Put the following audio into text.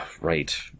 Right